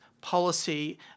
policy